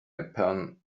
upon